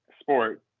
sport